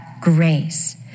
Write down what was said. grace